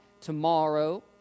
tomorrow